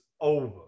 over